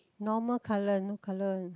normal colour no colour